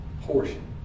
portion